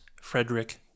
Frederick